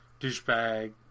douchebag